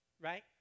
right